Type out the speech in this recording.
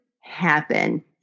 happen